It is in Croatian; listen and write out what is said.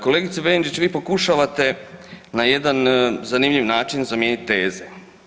Kolegice Benčić vi pokušavate na jedan zanimljiv način zamijeniti teze.